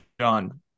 John